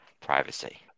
privacy